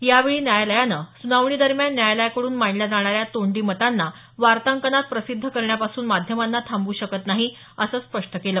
यावेळी न्यायालयानं सुनावणीदरम्यान न्यायालयाकडून मांडल्या जाणाऱ्या तोंडी मतांना वार्तांकनात प्रसिद्ध करण्यापासून माध्यमांना थांबवू शकत नाही असं स्पष्ट केलं